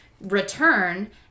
return